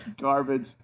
garbage